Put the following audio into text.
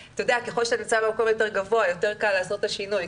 ככל שאתה נמצא במקום יותר גבוה יותר קל לעשות את השינוי.